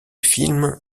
film